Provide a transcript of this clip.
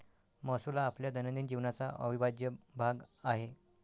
महसूल हा आपल्या दैनंदिन जीवनाचा अविभाज्य भाग आहे